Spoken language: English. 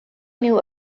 knew